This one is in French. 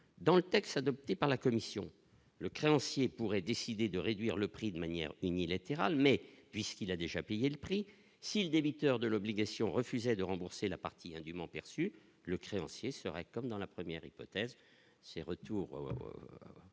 dans le texte adopté par la Commission le créancier pourrait décider de réduire le prix de manière unilatérale, mais puisqu'il a déjà payé le prix si le débiteur de l'obligation refusait de rembourser la partie indument perçues le créancier comme dans la 1ère hypothèse c'est retour